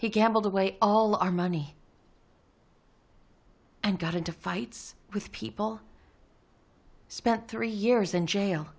he gambled away all our money and got into fights with people spent three years in jail